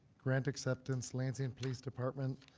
grant acceptance, lansing and police department